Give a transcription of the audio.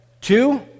two